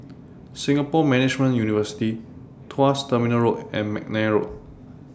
Singapore Management University Tuas Terminal Road and Mcnair Road